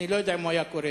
אני לא יודע אם היה קורה: